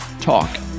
talk